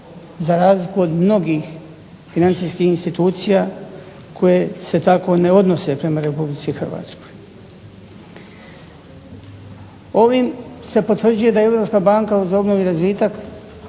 za razliku od mnogih financijskih institucija koje se tako ne odnose prema RH. Ovim se potvrđuje da Europska banka za obnovu i razvitak